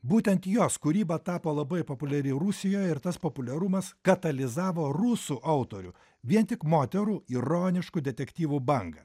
būtent jos kūryba tapo labai populiari rusijoje ir tas populiarumas katalizavo rusų autorių vien tik moterų ironiškų detektyvo bangą